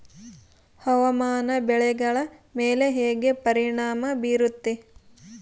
ಹವಾಮಾನ ಬೆಳೆಗಳ ಮೇಲೆ ಹೇಗೆ ಪರಿಣಾಮ ಬೇರುತ್ತೆ?